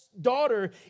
daughter